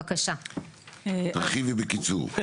תרחיבי בקיצור.